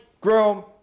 groom